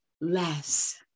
less